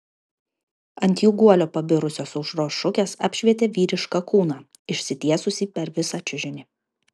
ant jų guolio pabirusios aušros šukės apšvietė vyrišką kūną išsitiesusį per visą čiužinį